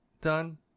done